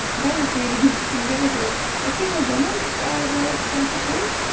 and that was really interesting, that was a single woman where it started with,